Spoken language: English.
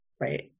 Right